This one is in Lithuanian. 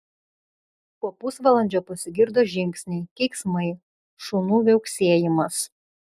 po pusvalandžio pasigirdo žingsniai keiksmai šunų viauksėjimas